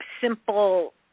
simple